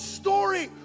story